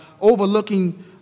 overlooking